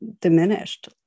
diminished